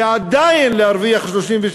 ועדיין להרוויח 30 ו-.